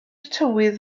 tywydd